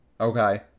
Okay